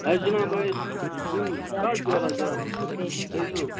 اَسہِ جِناب ٲسۍ یِم کَٹھ جوراہ ضوٚرَتھ تۄہہِ چھُو